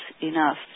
enough